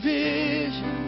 vision